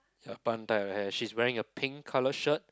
ya bun tie her hair she's wearing a pink colour shirt